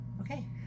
Okay